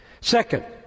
Second